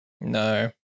No